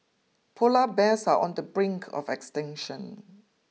polar bears are on the brink of extinction